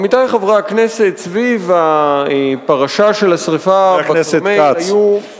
עמיתי חברי הכנסת, סביב הפרשה של השרפה בכרמל היו,